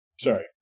Sorry